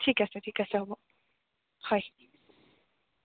ঠিক আছে ঠিক আছে হ'ব হয়